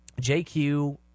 JQ